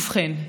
ובכן,